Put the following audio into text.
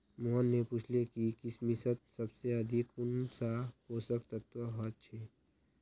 मोहन ने पूछले कि किशमिशत सबसे अधिक कुंन सा पोषक तत्व ह छे